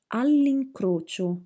all'incrocio